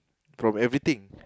from everything